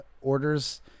orders